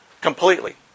Completely